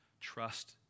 trust